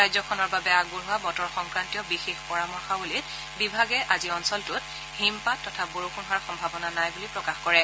ৰাজ্যখনৰ বাবে আগবঢ়োৱা বতৰ সংক্ৰান্তীয় বিশেষ পৰামৰ্শাৱলীত বিভাগে আজি অঞ্চলটোত হিমপাত তথা বৰষুণ হোৱাৰ সম্ভাৱনা নাই বুলি প্ৰকাশ কৰিছে